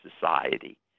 Society